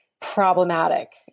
problematic